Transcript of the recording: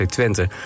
Twente